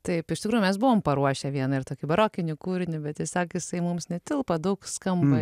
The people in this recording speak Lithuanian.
taip iš tikrųjų mes buvom paruošę vieną ir tokį barokinį kūrinį bet tiesiog jisai mums netilpo daug skamba